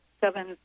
seven